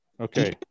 Okay